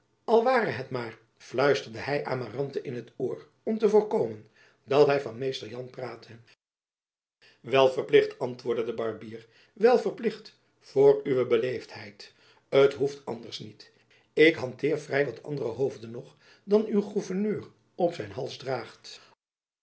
al ware het maar fluisterde hy amarante in t oor om te voorkomen dat hy van mr jan prate wel verplicht antwoordde de barbier wel verplicht voor uwe beleefdheid t hoeft anders niet ik hanteer vrij wat andere hoofden nog dan uw gouverneur op zijn hals draagt